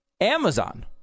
Amazon